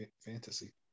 Fantasy